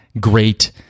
great